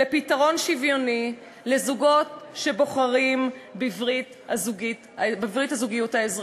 לפתרון שוויוני לזוגות שבוחרים בברית הזוגיות האזרחית.